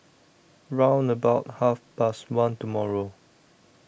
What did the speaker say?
round about Half Past one tomorrow